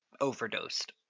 overdosed